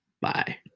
Bye